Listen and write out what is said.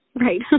Right